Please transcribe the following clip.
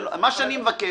זה מצוין.